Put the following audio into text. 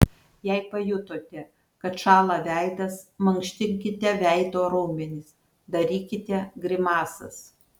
jei pajutote kad šąla veidas mankštinkite veido raumenis darykite grimasas